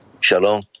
Shalom